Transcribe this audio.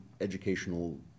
educational